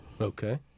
Okay